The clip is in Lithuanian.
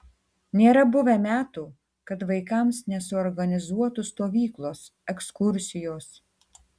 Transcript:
nėra buvę metų kad vaikams nesuorganizuotų stovyklos ekskursijos